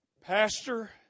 Pastor